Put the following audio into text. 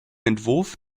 entwurf